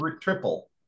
triple